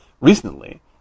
recently